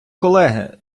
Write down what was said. колеги